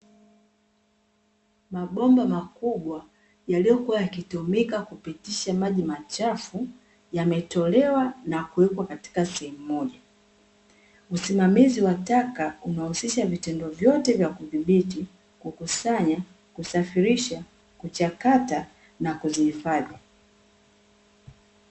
Mobomba makubwa yaliyokuwa yakitumika kupitisha maji machafu yametolewa na kuwekwa katika sehemu moja. Usimamizi wa taka unahusisha vitendo vyote vya kudhibiti, kukusanya, kusafirisha, kuchakata na kuzihifadhi.